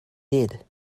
did